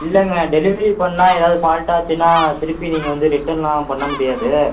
இல்லைங்க டெலிவரி பண்ணால் ஏதாவது ஃபால்ட்டச்சுன்னால் திருப்பி நீங்கள் வந்து ரிட்டர்ன் எல்லாம் பண்ண முடியாது